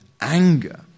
anger